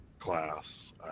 class